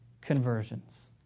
conversions